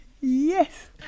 Yes